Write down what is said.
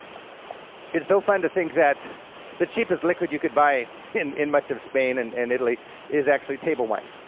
it's so fun to think that the cheapest liquid you could buy in in much of spain and and italy is actually table wine.